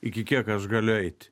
iki kiek aš galiu eiti